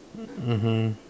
mmhmm